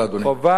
תודה, אדוני.